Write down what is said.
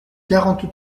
quarante